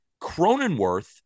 Cronenworth